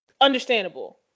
understandable